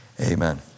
Amen